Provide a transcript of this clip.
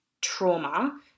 trauma